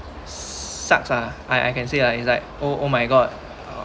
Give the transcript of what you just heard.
sucks lah I I can say lah it's like oh oh my god